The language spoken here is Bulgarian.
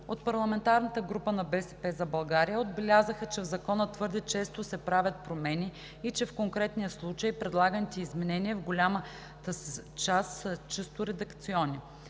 От парламентарната група на „БСП за България“ отбелязаха, че в Закона твърде често се правят промени и че в конкретния случай предлаганите изменения в голямата си част са чисто редакционни.